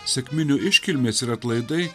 sekminių iškilmės ir atlaidai